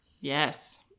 Yes